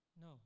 No